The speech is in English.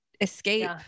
escape